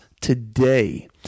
today